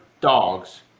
dogs